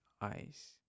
eyes